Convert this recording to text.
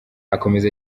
akomeza